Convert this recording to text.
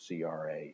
CRA